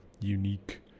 unique